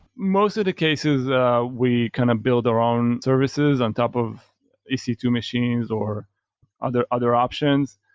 most of the cases we kind of build our own services on top of e c two machines or other other options.